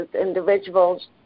individuals